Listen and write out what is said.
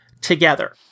together